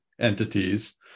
entities